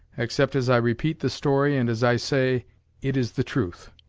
except as i repeat the story and as i say it is the truth.